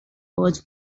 birds